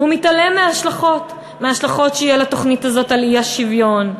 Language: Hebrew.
והוא מתעלם מההשלכות שיהיו לתוכנית הזאת על האי-שוויון,